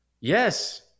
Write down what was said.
Yes